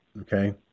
okay